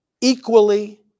equally